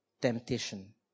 temptation